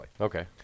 Okay